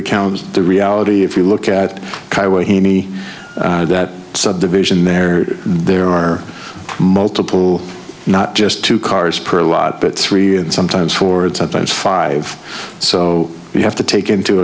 account the reality if you look at me that subdivision there there are multiple not just two cars per lot but three sometimes four and sometimes five so you have to take into